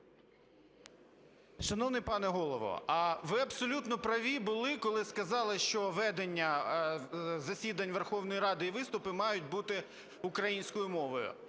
Шановний пане Голово, ви абсолютно праві були, коли сказали, що ведення засідань Верховної Ради і виступи мають бути українською мовою.